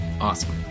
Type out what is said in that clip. Awesome